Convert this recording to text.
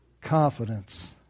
confidence